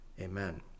Amen